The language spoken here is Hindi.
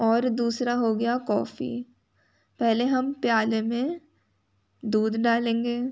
और दूसरा हो गया कौफी पहले हम प्याले में दूध डालेंगे